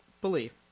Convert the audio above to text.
belief